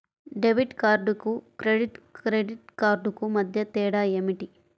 Debit కార్డుకు credit credit కార్డుకు మధ్య తేడా ఏమిటీ?